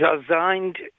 designed